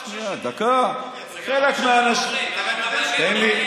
שנייה, תן לי.